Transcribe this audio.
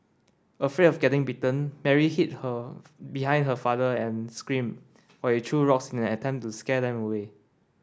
afraid of getting bitten Mary hid her behind her father and screamed while he threw rocks in an attempt to scare them away